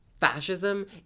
fascism